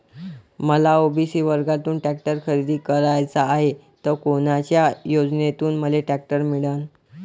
मले ओ.बी.सी वर्गातून टॅक्टर खरेदी कराचा हाये त कोनच्या योजनेतून मले टॅक्टर मिळन?